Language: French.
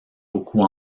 beaucoup